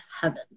heaven